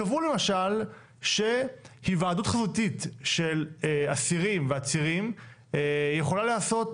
קבעו למשל שהיוועדות חזותית של אסירים ועצירים יכולה להיעשות